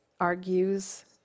argues